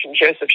Joseph